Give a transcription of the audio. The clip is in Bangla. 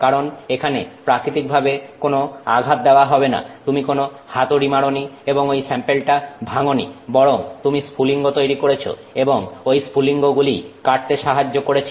কারণ এখানে প্রাকৃতিক ভাবে কোন আঘাত দেওয়া হবে না তুমি কোন হাতুড়ি মারোনি এবং এই স্যাম্পেলটা ভাঙ্গনি বরং তুমি স্ফুলিঙ্গ তৈরি করেছ এবং ঐ স্ফুলিঙ্গগুলিই কাটতে সাহায্য করেছে